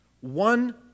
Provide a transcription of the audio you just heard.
One